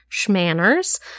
schmanners